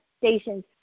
stations